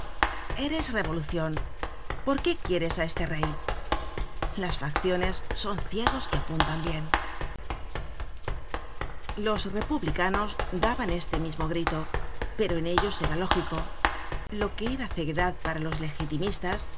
eres revolucion por qué quieres á este rey las facciones son ciegos que apuntan bien los republicanos daban este mismo grito pero en ellos era lógico lo que era ceguedad para los legitimistas